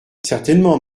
certainement